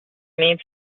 need